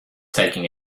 taking